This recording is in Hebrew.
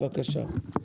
בבקשה.